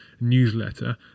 newsletter